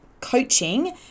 coaching